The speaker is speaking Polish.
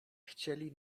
chcieli